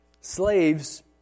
Slaves